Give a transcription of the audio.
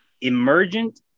Emergent